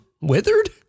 withered